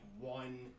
one